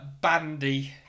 Bandy